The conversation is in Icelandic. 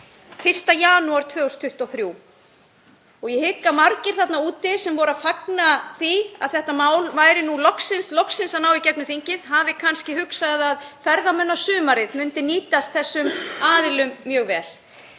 1. janúar 2023. Ég hygg að margir þarna úti sem voru að fagna því að þetta mál væri nú loksins að ná í gegnum þingið hafi kannski hugsað að ferðamannasumarið myndi nýtast þessum aðilum mjög vel.